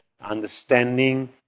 understanding